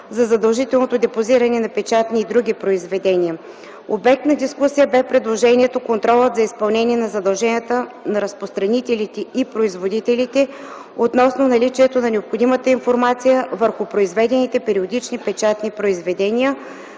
за задължителното депозиране на печатни и други произведения. Обект на дискусия бе предложението контролът за изпълнение на задълженията на разпространителите и производителите относно наличието на необходимата информация върху произведените периодични печатни произведения